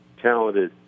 talented